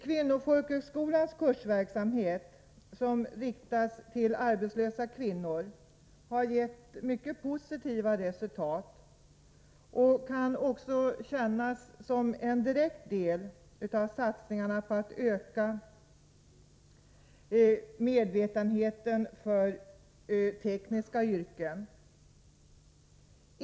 Kvinnofolkhögskolans kursverksamhet, som riktas till arbetslösa kvinnor, har gett mycket positiva resultat och kan också kännas som en direkt del av satsningarna på att öka medvetenheten för tekniska yrken.